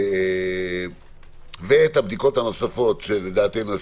ואת הבדיקות הנוספות שלדעתנו,